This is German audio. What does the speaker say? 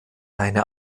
eine